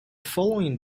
following